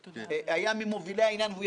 צריך להבין: